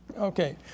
Okay